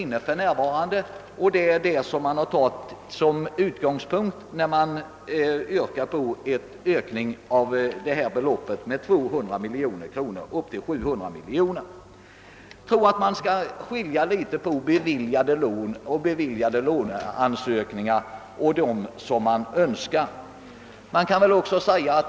Den siffran har också tagits som utgångspunkt när man yrkat att ramen för 10 kaliseringslån skall vidgas med 200 miljoner kronor. Jag tror emellertid att man skall skilja på beviljade lån och låneansökningar samt aviserade ansökningar.